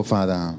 Father